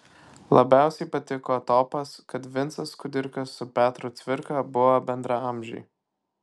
labiausiai patiko topas kad vincas kudirka su petru cvirka buvo bendraamžiai